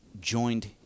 joined